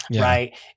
Right